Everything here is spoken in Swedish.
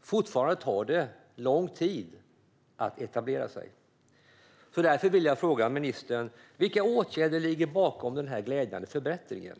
fortfarande tar det lång tid att etablera sig. Därför vill jag fråga ministern vilka åtgärder som ligger bakom denna glädjande förbättring.